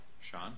sean